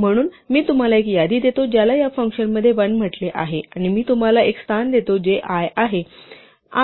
म्हणून मी तुम्हाला एक यादी देतो ज्याला या फंक्शनमध्ये 1 म्हटले जाते आणि मी तुम्हाला एक स्थान देतो जे i आहे